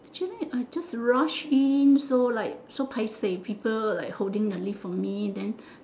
shouldn't I just rush in so like so paiseh people like holding the lift for me then